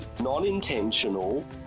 non-intentional